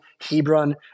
Hebron